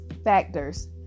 factors